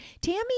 Tammy